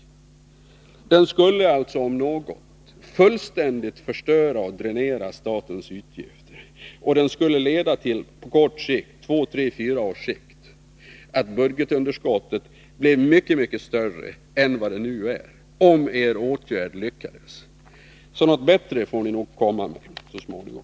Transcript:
Om er åtgärd lyckades, skulle det om något helt förstöra möjligheterna och dränera statens utgifter och skulle på 3-4 års sikt leda till att budgetunderskottet blev mycket större än nu. Ett bättre förslag får ni nog komma med så småningom.